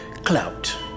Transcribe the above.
Clout